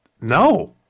no